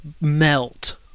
melt